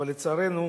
אבל לצערנו